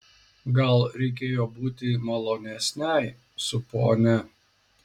gal reikėjo būti malonesnei su ponia